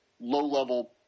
low-level